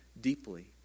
deeply